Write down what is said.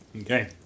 Okay